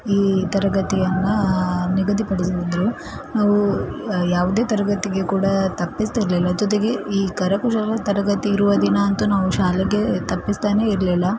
ಈ ತರಗತಿಯನ್ನು ನಿಗದಿಪಡಿಸಿದ್ದರು ನಾವು ಯಾವುದೇ ತರಗತಿಗೆ ಕೂಡ ತಪ್ಪಿಸ್ತಾ ಇರಲಿಲ್ಲ ಜೊತೆಗೆ ಈ ಕರಕುಶಲ ತರಗತಿ ಇರುವ ದಿನ ಅಂತೂ ನಾವು ಶಾಲೆಗೆ ತಪ್ಪಿಸ್ತಾನೇ ಇರಲಿಲ್ಲ